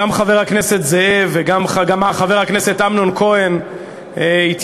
גם חבר הכנסת זאב וגם חבר הכנסת אמנון כהן התייחסו,